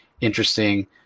interesting